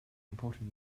important